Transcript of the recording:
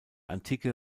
antike